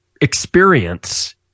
experience